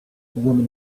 woman